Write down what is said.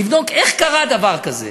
לבדוק איך קרה דבר כזה